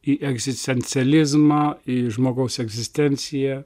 į egzistencializmą į žmogaus egzistenciją